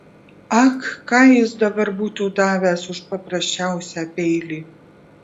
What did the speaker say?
ak ką jis dabar būtų davęs už paprasčiausią peilį